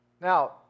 Now